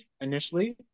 initially